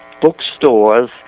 bookstores